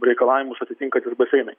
reikalavimus atitinkantys baseinai